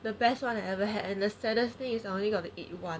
the best [one] I ever had and the saddest thing is I only got to eat one